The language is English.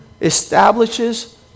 establishes